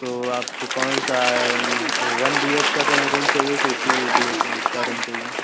तो आपको कौन सा वन बी वेच के का रूम चाहिए कि टू बी वेच के का रूम चाहिए